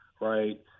Right